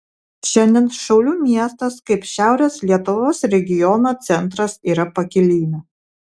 šiandien šiaulių miestas kaip šiaurės lietuvos regiono centras yra pakilime